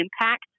impact